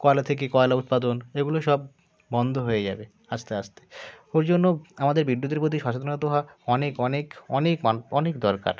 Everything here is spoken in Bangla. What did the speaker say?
কয়লা থেকে কয়লা উৎপাদন এগুলো সব বন্ধ হয়ে যাবে আস্তে আস্তে ওই জন্য আমাদের বিদ্যুতের প্রতি সচেতন হওয়া অনেক অনেক অনেক মানে অনেক দরকার